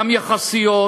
גם יחסיות,